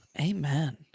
Amen